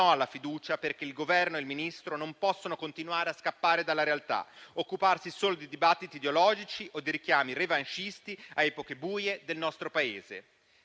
alla fiducia, perché il Governo e il Ministro non possono continuare a scappare dalla realtà e occuparsi solo di dibattiti ideologici o di richiami revanscisti a epoche buie del nostro Paese.